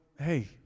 Hey